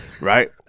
Right